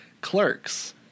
Clerks